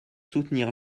soutenir